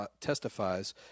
testifies